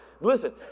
Listen